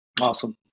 Awesome